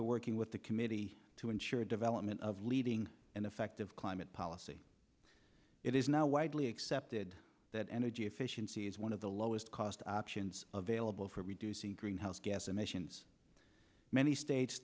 to working with the committee to ensure development of leading and effective climate policy it is now widely accepted that energy efficiency is one of the lowest cost options available for reducing greenhouse gas emissions many states